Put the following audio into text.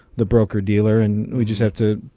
the broker dealer and we just have to.